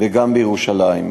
וגם בירושלים.